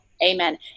amen